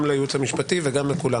גם לייעוץ המשפטי וגם לכולם